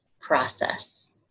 process